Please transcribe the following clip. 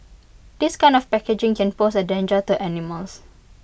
this kind of packaging can pose A danger to animals